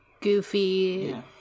goofy